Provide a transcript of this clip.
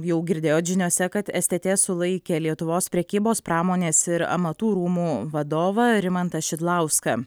jau girdėjot žiniose kad stt sulaikė lietuvos prekybos pramonės ir amatų rūmų vadovą rimantą šidlauską